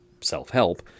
self-help